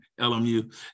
LMU